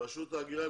רשות ההגירה,